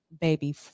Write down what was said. baby